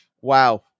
Wow